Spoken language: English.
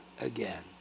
again